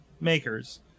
makers